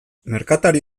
merkatari